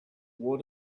war